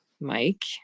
Mike